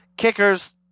Kickers